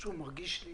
איפשהו מרגיש לי